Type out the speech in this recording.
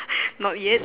not yet